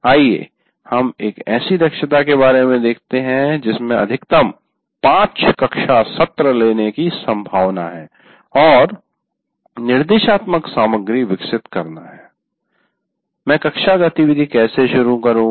आइये हम एक ऐसी दक्षता के बारे में देखते हैं जिसमें अधिकतम 5 कक्षा सत्र लेने की सम्भावना है और निर्देशात्मक सामग्री विकसित करना है मैं कक्षा गतिविधि कैसे शुरू करूं